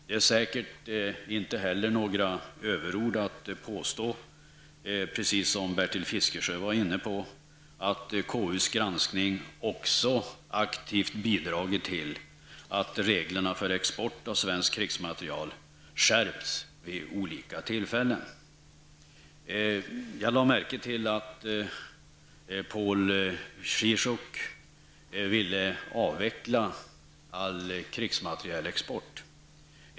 Det är säkerligen heller inga överord att påstå, precis som Bertil Fiskesjö var inne på, att KUs granskning också aktivt bidragit till att reglerna för export av svensk krigsmateriel skärpts vid olika tillfällen. Jag lade märke till att Paul Ciszuk ville avveckla all krigsmaterielexport.